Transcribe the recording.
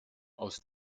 aus